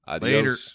later